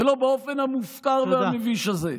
ולא באופן המופקר והמביש הזה.